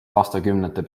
aastakümnete